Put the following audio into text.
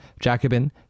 Jacobin